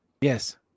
Yes